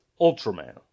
Ultraman